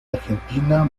argentina